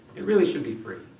it really should be free.